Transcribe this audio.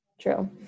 True